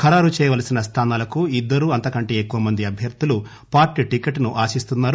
ఖరారు చేయవలసిన స్థానాలకు ఇద్దరు అంతకంటే ఎక్కువ మంది అభ్యర్థులు పార్టీ టిక్కెట్ ను ఆశిస్తున్నారు